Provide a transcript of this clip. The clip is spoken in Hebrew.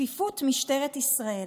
כפיפות משטרת ישראל.